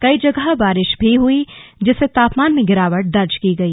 कई जगह बारिश भी हुई जिससे तापमान में गिरावट दर्ज की गई